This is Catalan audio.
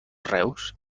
reus